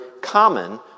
common